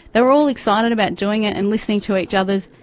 they were all excited about doing it and listening to each others',